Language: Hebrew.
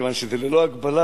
כיוון שזה ללא הגבלה,